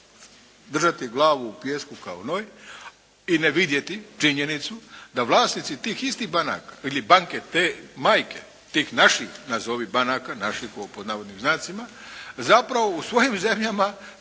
držati glavu u pijesku kao noj i ne vidjeti činjenicu da vlasnici tih istih banaka ili banke te majke, tih naših nazovi banaka, "naših" pod navodnim znacima zapravo u svojim zemljama sa